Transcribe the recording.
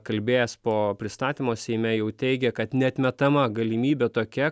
kalbėjęs po pristatymo seime jau teigė kad neatmetama galimybė tokia